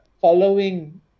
following